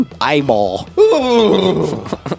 eyeball